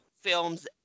films